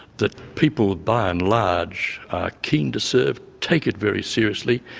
that people by and large are keen to serve, take it very seriously,